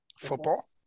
football